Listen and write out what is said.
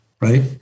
right